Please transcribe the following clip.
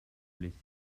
blessé